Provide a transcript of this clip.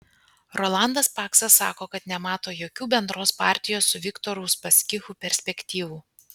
rolandas paksas sako kad nemato jokių bendros partijos su viktoru uspaskichu perspektyvų